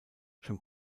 schon